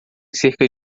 cerca